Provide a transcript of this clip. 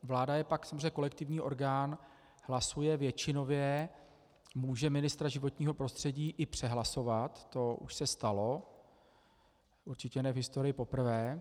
Vláda je pak samozřejmě kolektivní orgán, hlasuje většinově, může ministra životního prostředí i přehlasovat, to už se stalo, určitě ne v historii poprvé.